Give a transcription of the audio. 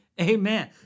Amen